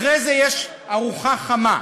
אחרי זה יש ארוחה חמה,